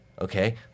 okay